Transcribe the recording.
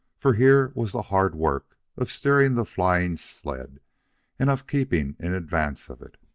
for here was the hard work of steering the flying sled and of keeping in advance of it.